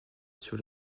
sur